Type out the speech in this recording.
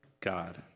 God